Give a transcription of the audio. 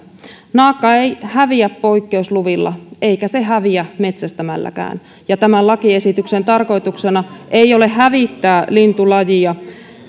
naakka ei häviä poikkeusluvilla eikä se häviä metsästämälläkään ja tämän lakiesityksen tarkoituksena ei ole hävittää lintulajia